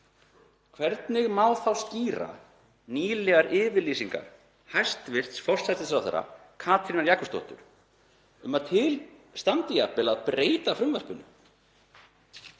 Hvernig má þá skýra nýlegar yfirlýsingar hæstv. forsætisráðherra Katrínar Jakobsdóttur, um að til standi jafnvel að breyta frumvarpinu?